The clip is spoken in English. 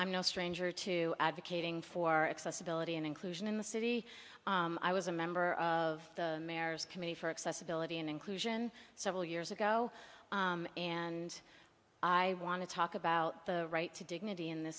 i'm no stranger to advocating for accessibility and inclusion in the city i was a member of the mayor's committee for accessibility and inclusion several years ago and i want to talk about the right to dignity in the